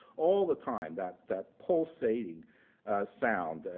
all the time, that that pulsating sound.